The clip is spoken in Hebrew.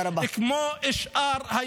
מגיעה לו הזכות להתפתח כמו שאר הילדים.